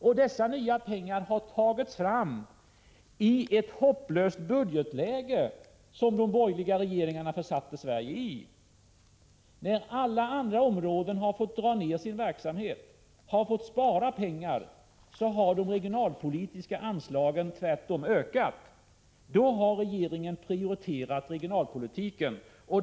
Dessa nya pengar har tagits fram i ett hopplöst budgetläge som de borgerliga regeringarna försatte Sverige i. Ombel ölknings -; utvecklingen När alla andra områden fått dra ner sin verksamhet och spara pengar, har =.: iskogslänen de regionalpolitiska anslagen tvärtom ökat. Regeringen har prioriterat regionalpolitiken.